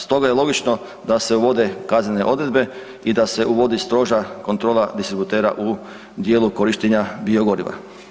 Stoga je logično da se uvode kaznene odredbe i da se uvodi stroža kontrola distributera u dijelu korištenja biogoriva.